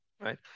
right